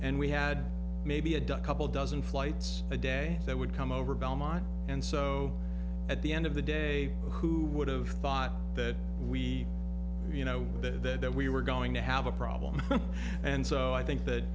and we had maybe a duck couple dozen flights a day that would come over belmont and so at the end of the day who would have thought that we you know that we were going to have a problem and so i think that